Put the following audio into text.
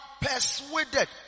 persuaded